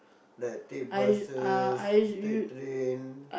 like take buses take train